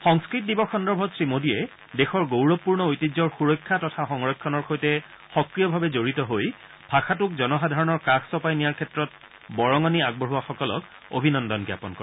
সংস্থত দিৱস সন্দৰ্ভত শ্ৰীমোডীয়ে দেশৰ গৌৰৱপূৰ্ণ ঐতিহ্যৰ সৰক্ষা তথা সংৰক্ষণৰ সৈতে সক্ৰিয়ভাৱে জডিত হৈ ভাষাটোক জনসাধাৰণৰ কাষ চপাই নিয়াৰ ক্ষেত্ৰত বৰঙণি আগবঢ়োৱাসকলক অভিনন্দন জ্ঞাপন কৰে